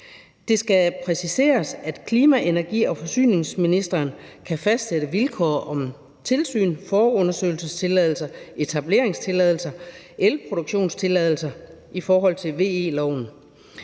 Det skal præciseres, at klima-, energi- og forsyningsministeren kan fastsætte vilkår om tilsyn, forundersøgelsestilladelser, etableringstilladelser og elproduktionstilladelser i forhold til VE-loven.